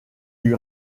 lui